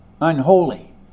unholy